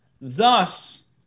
thus